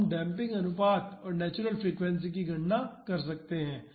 तो हम डेम्पिंग अनुपात और नेचुरल फ्रीक्वेंसी की गणना कर सकते हैं